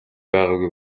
байгаагүй